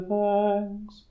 thanks